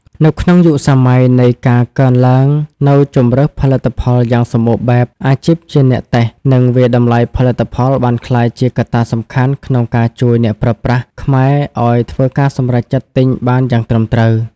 នៅក្នុងយុគសម័យនៃការកើនឡើងនូវជម្រើសផលិតផលយ៉ាងសម្បូរបែប អាជីពជាអ្នកតេស្ត និងវាយតម្លៃផលិតផលបានក្លាយជាកត្តាសំខាន់ក្នុងការជួយអ្នកប្រើប្រាស់ខ្មែរឱ្យធ្វើការសម្រេចចិត្តទិញបានយ៉ាងត្រឹមត្រូវ។